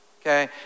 okay